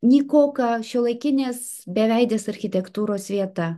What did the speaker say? nykoka šiuolaikinės beveidės architektūros vieta